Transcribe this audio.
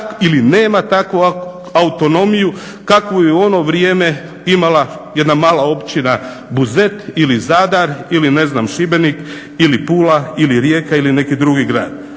ili nema takvu autonomiju kakvu je u ono vrijeme imala jedna mala općina Buzet ili Zadar ili ne znam Šibenik ili Pula ili Rijeka ili neki drugi grad.